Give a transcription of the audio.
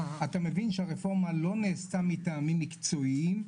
אתה מבין שהרפורמה לא נעשתה מטעמים מקצועיים,